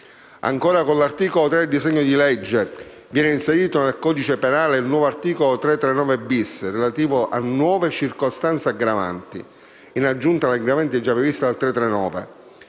Ancora, con l'articolo 3 del disegno di legge viene inserito nel codice penale il nuovo articolo 339*-bis* relativo a nuove circostanze aggravanti: in aggiunta alle aggravanti già previste